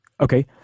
okay